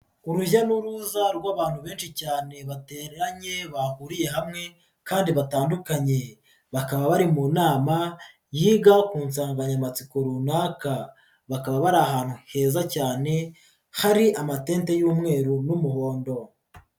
Urujya n'uruza rw'abantu benshi cyane bateranye bahuriye hamwe kandi batandukanye bakaba bari mu nama yiga ku nsanganyamatsiko runaka, bakaba bari ahantu heza cyane hari amatente y'umweru n'umuhondo.